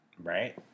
Right